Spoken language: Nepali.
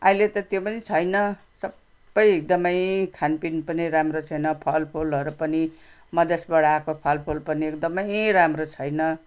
अहिले त त्यो पनि छैन सबै एकदमै खानपिन पनि राम्रो छैन फलफुलहरू पनि मधेसबाट आएको फलफुल पनि एकदमै राम्रो छैन